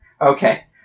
Okay